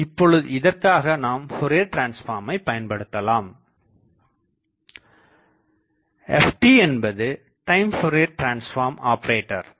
இப்பொழுது இதற்காக நாம் ஃபோரியர் டிரான்ஸ்பார்மை பயன்படுத்தலாம் Ft என்பது time Fourier transform operator Fourier transform operator